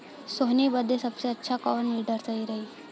सोहनी बदे सबसे अच्छा कौन वीडर सही रही?